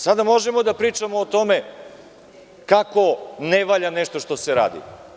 Sada možemo da pričamo o tome kako ne valja nešto što se radi.